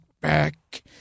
back